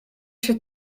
się